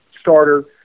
starter